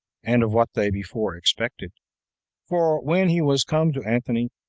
and of what they before expected for when he was come to antony,